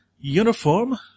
uniform